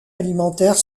alimentaire